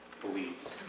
believes